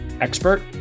expert